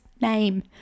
name